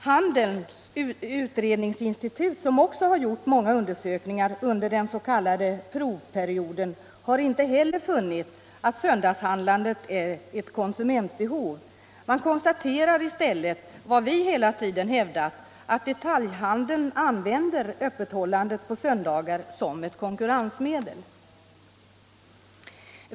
Handelns utredningsinstitut, som också har gjort många undersökningar under den s.k. provperioden, har inte heller funnit att söndagshandlandet är ett konsumentbehov. Man konstaterar i stället vad vi hela tiden hävdat: att detaljhandeln använder öppethållandet på söndagar som ett konkurrensmedel.